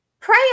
Pray